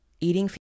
eating